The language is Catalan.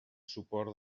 suport